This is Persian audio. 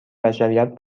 بشریت